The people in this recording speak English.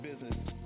business